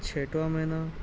چھٹوا مہینہ